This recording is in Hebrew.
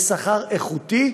ושכר איכותי,